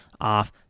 off